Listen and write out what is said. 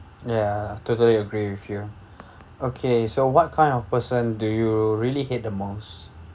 ya totally agree with you okay so what kind of person do you really hate the most